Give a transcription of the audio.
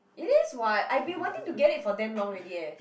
it is what I've been wanting to get it for damn long ready eh